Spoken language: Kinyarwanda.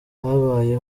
habaye